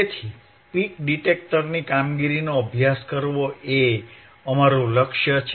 તેથી પીક ડિટેક્ટરની કામગીરીનો અભ્યાસ કરવો તે અમારું લક્ષ્ય છે